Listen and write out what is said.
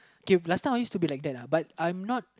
K last time I used to be like that uh but I'm not